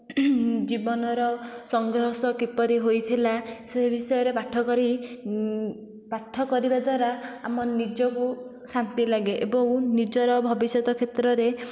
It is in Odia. ଜୀବନର ସଂଘର୍ଷ କିପରି ହୋଇଥିଲା ସେ ବିଷୟରେ ପାଠ କରି ପାଠ କରିବା ଦ୍ଵାରା ଆମ ନିଜକୁ ଶାନ୍ତି ଲାଗେ ଏବଂ ନିଜର ଭବିଷ୍ୟତ କ୍ଷେତ୍ରରେ